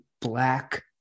black